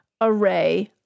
array